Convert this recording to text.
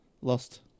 Lost